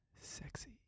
sexy